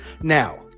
now